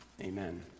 Amen